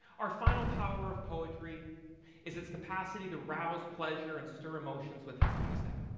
our final power of poetry is its capacity to rouse pleasure and stir emotions with its music.